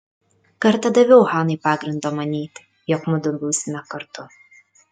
kartą daviau hanai pagrindo manyti jog mudu būsime kartu